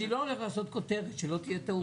אני לא הולך לעשות כותרת, שלא תהיה טעות.